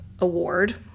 Award